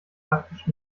praktisch